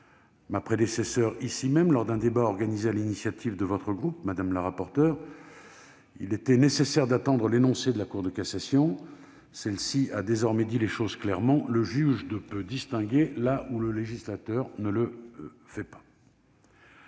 dans cette enceinte, lors d'un débat organisé sur l'initiative de votre groupe, madame la rapporteure, il était nécessaire d'attendre l'énoncé de la Cour de cassation. Celle-ci a désormais dit les choses clairement : le juge ne peut distinguer là où le législateur ne le fait pas.